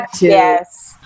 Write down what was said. Yes